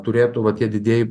turėtų va tie didieji